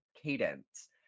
cadence